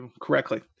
correctly